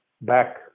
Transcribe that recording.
back